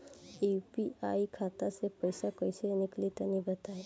UPI खाता से पइसा कइसे निकली तनि बताई?